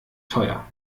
teuer